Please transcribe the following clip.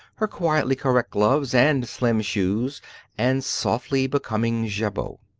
her quietly correct gloves, and slim shoes and softly becoming jabot.